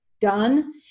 done